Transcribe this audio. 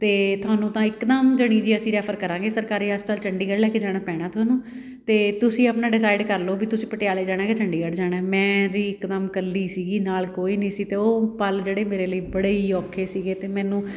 ਅਤੇ ਤੁਹਾਨੂੰ ਤਾਂ ਇੱਕਦਮ ਜਿਹੜੀ ਜੀ ਅਸੀਂ ਰੈਫਰ ਕਰਾਂਗੇ ਸਰਕਾਰੀ ਹਸਪਤਾਲ ਚੰਡੀਗੜ੍ਹ ਲੈ ਕੇ ਜਾਣਾ ਪੈਣਾ ਤੁਹਾਨੂੰ ਅਤੇ ਤੁਸੀਂ ਆਪਣਾ ਡਿਸਾਈਡ ਕਰ ਲਉ ਵੀ ਤੁਸੀਂ ਪਟਿਆਲੇ ਜਾਣਾ ਕਿ ਚੰਡੀਗੜ ਜਾਣਾ ਮੈਂ ਜੀ ਇੱਕਦਮ ਕੱਲੀ ਸੀਗੀ ਨਾਲ ਕੋਈ ਨਹੀਂ ਸੀ ਅਤੇ ਉਹ ਪਲ ਜਿਹੜੇ ਮੇਰੇ ਲਈ ਬੜੇ ਹੀ ਔਖੇ ਸੀਗੇ ਅਤੇ ਮੈਨੂੰ